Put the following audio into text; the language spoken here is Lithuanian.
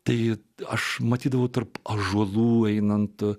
tai aš matydavau tarp ąžuolų einant